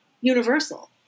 universal